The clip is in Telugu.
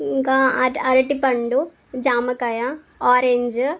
ఇంకా అ అరటిపండు జామకాయ ఆరెంజ్